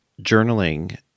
journaling